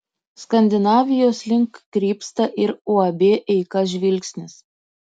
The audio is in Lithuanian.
skandinavijos link krypsta ir uab eika žvilgsnis